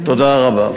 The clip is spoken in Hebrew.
תודה רבה.